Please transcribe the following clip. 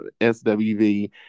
SWV